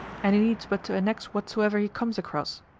and he needs but to annex whatsoever he comes across.